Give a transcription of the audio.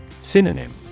Synonym